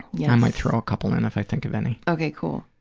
yeah i might throw a couple in if i think of any. okay, cool.